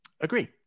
Agree